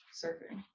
surfing